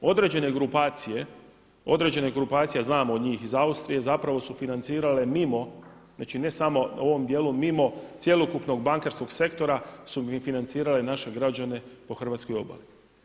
Određene grupacije, određene grupacije a znamo od njih iz Austrije zapravo su financirale mimo, znači ne samo u ovom dijelu mimo cjelokupnog bankarskog sektora su financirale naše građane po hrvatskoj obali.